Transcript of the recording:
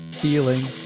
feeling